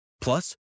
Plus